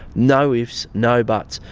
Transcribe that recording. no ifs, no buts,